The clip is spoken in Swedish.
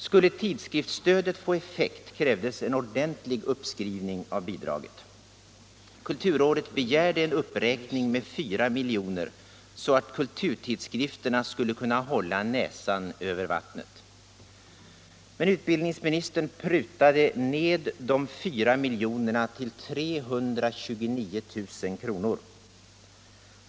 Skulle tidskriftsstödet få effekt krävdes en ordentlig uppskrivning av beloppet. Kulturrådet begärde en uppräkning med 4 milj.kr. så att kulturtidskrifterna skulle kunna hålla näsan över vattnet. Men utbildningsminstern prutade ned de fyra miljonerna till 329 000 kr.